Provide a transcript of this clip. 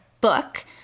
book